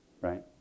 Right